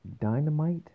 Dynamite